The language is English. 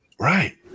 right